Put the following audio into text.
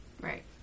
right